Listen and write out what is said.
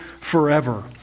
forever